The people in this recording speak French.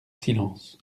silence